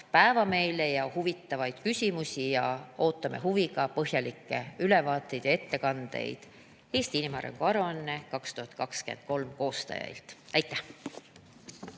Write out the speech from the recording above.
päeva meile ja huvitavaid küsimusi! Ootame huviga põhjalikke ülevaateid ja ettekandeid "Eesti inimarengu aruanne 2023" koostajailt. Aitäh!